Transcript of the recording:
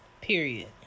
Period